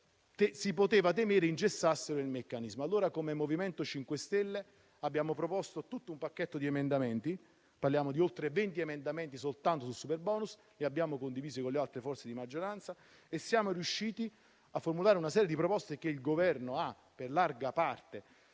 si poteva temere ingessassero il meccanismo. Il MoVimento 5 Stelle ha proposto un pacchetto di emendamenti (parliamo di oltre 20 emendamenti soltanto sul superbonus) che ha condiviso con le altre forze di maggioranza ed è riuscito a formulare una serie di proposte che il Governo ha in larga parte